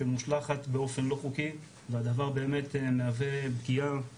שמושלכת באופן לא חוקי והדבר באמת מהווה פגיעה משמעותית,